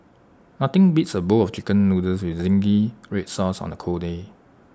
nothing beats A bowl of Chicken Noodles with Zingy Red Sauce on A cold day